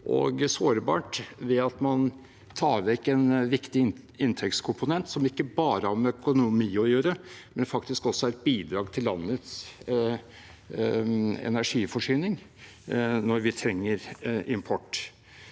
og sårbart ved at man tar vekk en viktig inntektskomponent som ikke bare har med økonomi å gjøre, men også er et bidrag til landets energiforsyning når vi trenger import.